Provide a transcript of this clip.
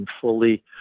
fully